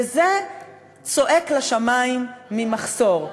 וזה צועק לשמים, ממחסור.